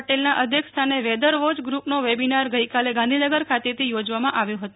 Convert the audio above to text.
પટેલના અધ્યક્ષસ્થાને weather watch ગ્નુપના વેબીનાર ગઈકાલે ગાંધીનગર ખાતે યોજવામાં આવ્યો હતો